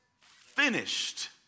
finished